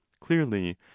clearly